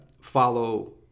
follow